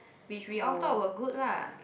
which we all thought were good lah